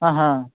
ಹಾಂ ಹಾಂ